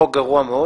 חוק גרוע מאוד